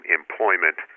employment